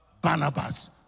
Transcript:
Barnabas